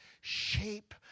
shape